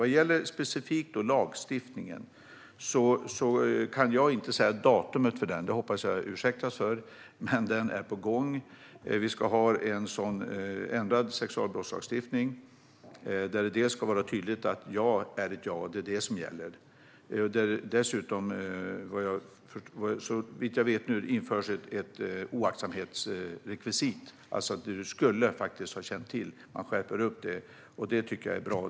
Vad gäller lagstiftningen specifikt kan jag inte säga ett datum för den. Jag hoppas att jag ursäktas för det. Den är dock på gång. Vi ska ha en ändrad sexualbrottslagstiftning där det är tydligt att ett ja är ett ja. Det är vad som gäller. Såvitt jag vet införs även ett oaktsamhetsrekvisit, som innebär att man faktiskt skulle ha känt till läget. Detta skärps, vilket jag tycker är bra.